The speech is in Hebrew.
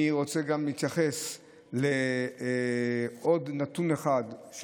אני רוצה להתייחס לעוד נתון אחד: